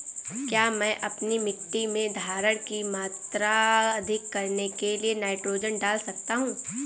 क्या मैं अपनी मिट्टी में धारण की मात्रा अधिक करने के लिए नाइट्रोजन डाल सकता हूँ?